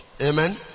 Amen